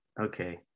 Okay